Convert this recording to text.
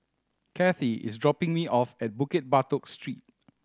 Cathy is dropping me off at Bukit Batok Street